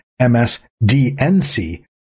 MSDNC